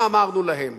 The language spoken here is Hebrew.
מה אמרנו להם?